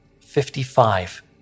Fifty-five